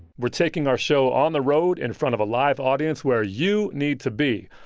we're taking our show on the road in front of a live audience where you need to be.